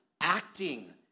acting